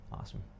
Awesome